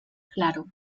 claro